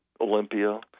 Olympia